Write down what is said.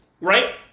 Right